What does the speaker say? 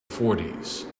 fourties